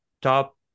top